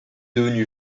devenu